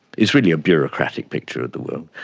it's really a bureaucratic picture of the world.